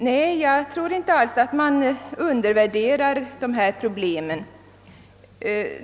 Herr talman! Jag tror inte alls att man undervärderar dessa problem.